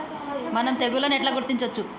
మనం తెగుళ్లను ఎట్లా గుర్తించచ్చు?